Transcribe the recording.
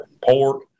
pork